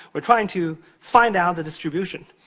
we're trying to find out the distribution.